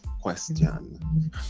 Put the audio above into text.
question